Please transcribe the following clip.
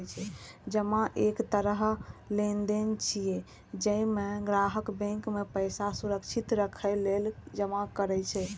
जमा एक तरह लेनदेन छियै, जइमे ग्राहक बैंक मे पैसा सुरक्षित राखै लेल जमा करै छै